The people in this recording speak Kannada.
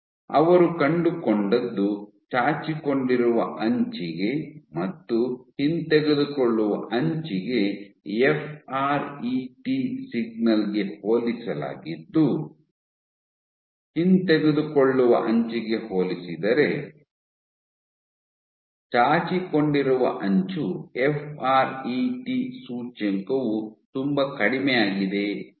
ಅವರು ಕಂಡುಕೊಂಡದ್ದು ಚಾಚಿಕೊಂಡಿರುವ ಅಂಚಿಗೆ ಮತ್ತು ಹಿಂತೆಗೆದುಕೊಳ್ಳುವ ಅಂಚಿಗೆ F R E T signal ಗೆ ಹೋಲಿಸಲಾಗಿದ್ದು ಹಿಂತೆಗೆದುಕೊಳ್ಳುವ ಅಂಚಿಗೆ ಹೋಲಿಸಿದರೆ ಚಾಚಿಕೊಂಡಿರುವ ಅಂಚು ಎಫ್ ಆರ್ ಇ ಟಿ ಸೂಚ್ಯಂಕವು ತುಂಬಾ ಕಡಿಮೆಯಾಗಿದೆ ಎಂದು